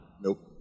nope